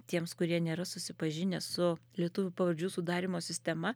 tiems kurie nėra susipažinę su lietuvių pavardžių sudarymo sistema